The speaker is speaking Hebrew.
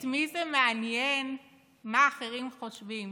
את מי זה מעניין מה אחרים חושבים?